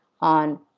on